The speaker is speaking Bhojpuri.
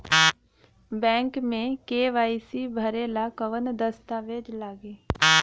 बैक मे के.वाइ.सी भरेला कवन दस्ता वेज लागी?